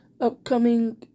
upcoming